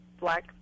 Black